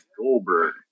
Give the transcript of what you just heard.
Goldberg